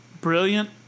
brilliant